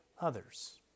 others